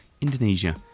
Indonesia